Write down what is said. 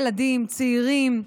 ילדים, צעירים.